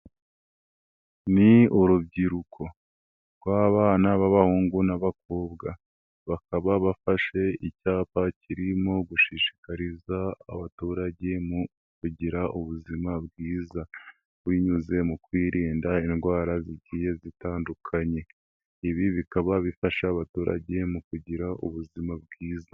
Ni urubyiruko rw'abana b'abahungu n'abakobwa, bakaba bafashe icyapa kirimo gushishikariza abaturage mu kugira ubuzima bwiza, binyuze mu kwirinda indwara zigiye zitandukanye. Ibi bikaba bifasha abaturage mu kugira ubuzima bwiza.